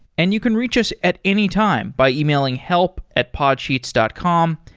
and you can reach us at any time by emailing help at podsheets dot com.